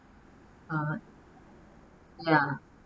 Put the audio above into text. ah ya